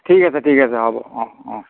ঠিক আছে ঠিক আছে হ'ব অঁ অঁ